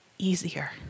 easier